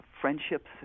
friendships